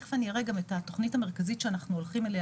תיכף אני אראה גם את התוכנית המרכזית שאנחנו הולכים אליה,